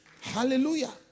Hallelujah